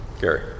Gary